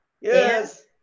Yes